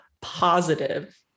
positive